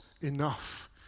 enough